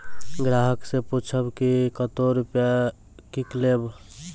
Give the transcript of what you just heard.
ग्राहक से पूछब की कतो रुपिया किकलेब?